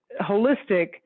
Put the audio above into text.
holistic